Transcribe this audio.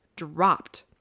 dropped